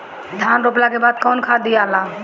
धान रोपला के बाद कौन खाद दियाला?